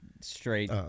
straight